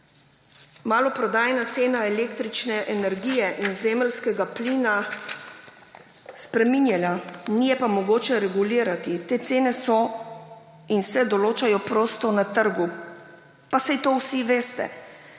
maloprodajna cena električne energije in zemeljskega plina spreminjala, ni je pa mogoče regulirati, te cene se določajo prosto na trgu, pa saj to vsi veste.